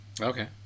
Okay